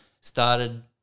started